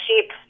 sheep